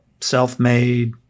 self-made